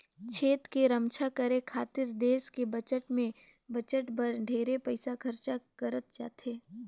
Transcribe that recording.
छेस के रम्छा करे खातिर देस के बजट में बजट बर ढेरे पइसा खरचा करत जाथे